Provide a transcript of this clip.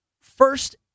First